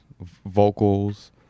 vocals